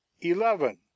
Eleven